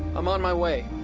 i'm on my way.